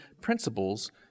principles